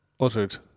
uttered